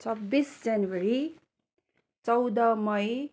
छब्बिस जनवरी चौध मई